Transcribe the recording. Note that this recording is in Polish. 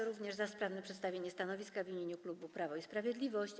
Bardzo dziękuję za sprawne przedstawienie stanowiska w imieniu klubu Prawo i Sprawiedliwość.